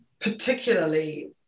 particularly